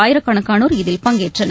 ஆயிரக்கணக்கானோர் இதில் பங்கேற்றனர்